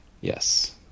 Yes